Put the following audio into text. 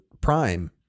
Prime